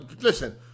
Listen